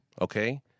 Okay